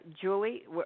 Julie